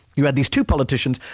you had these two politicians,